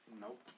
Nope